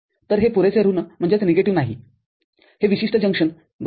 तर हे पुरेसे ऋण नाहीहे विशिष्ट जंक्शन बरोबर